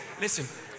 listen